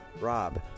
Rob